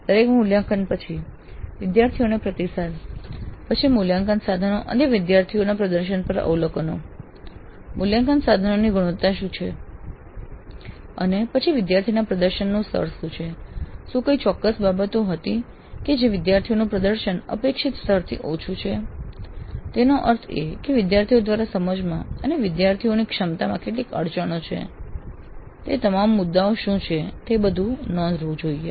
દરેક મૂલ્યાંકન પછી વિદ્યાર્થીઓને પ્રતિસાદ પછી મૂલ્યાંકન સાધનો અને વિદ્યાર્થીના પ્રદર્શન પર અવલોકનો મૂલ્યાંકન સાધનની ગુણવત્તા શું છે અને પછી વિદ્યાર્થીના પ્રદર્શનનું સ્તર શું છે શું કોઈ ચોક્કસ બાબતો હતી કે જ્યાં વિદ્યાર્થીઓનું પ્રદર્શન અપેક્ષિત સ્તરથી ઓછું છે તેનો અર્થ એ છે કે વિદ્યાર્થીઓ દ્વારા સમજવામાં અથવા વિદ્યાર્થીઓની ક્ષમતાઓમાં કેટલીક અડચણો છે તે તમામ મુદ્દાઓ શું છે તે બધું નોંધવું જોઈએ